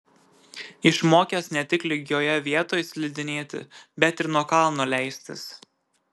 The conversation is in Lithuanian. išmokęs ne tik lygioje vietoj slidinėti bet ir nuo kalno leistis